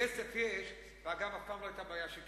כסף יש, ואגב, אף פעם לא היתה בעיה של כסף.